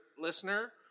listener